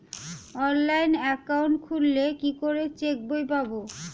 Online account খুললে কি করে চেক বই পাব?